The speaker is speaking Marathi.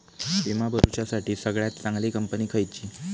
विमा भरुच्यासाठी सगळयात चागंली कंपनी खयची?